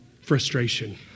frustration